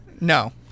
No